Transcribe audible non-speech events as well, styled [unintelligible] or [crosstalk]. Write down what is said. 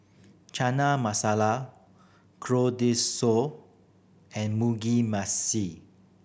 Chana Masala [unintelligible] and Mugi Mashi